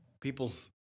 people's